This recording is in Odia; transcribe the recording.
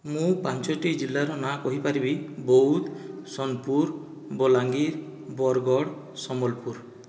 ମୁଁ ପାଞ୍ଚଟି ଜିଲ୍ଲାର ନାଁ କହିପାରିବି ବୌଦ୍ଦ ସୋନପୁର ବଲାଙ୍ଗୀର ବରଗଡ଼ ସମ୍ବଲପୁର